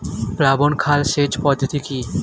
প্লাবন খাল সেচ পদ্ধতি কি?